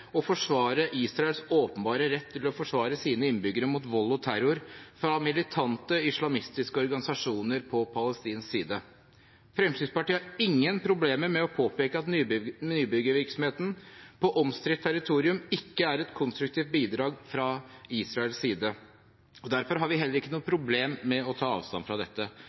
og forsvare Israels åpenbare rett til å forsvare sine innbyggere mot vold og terror fra militante islamistiske organisasjoner på palestinsk side. Fremskrittspartiet har ingen problemer med å påpeke at nybyggervirksomheten på omstridt territorium ikke er et konstruktivt bidrag fra Israels side. Derfor har vi heller ikke noe problem med å ta avstand fra dette.